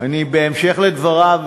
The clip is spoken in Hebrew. בהמשך לדבריו,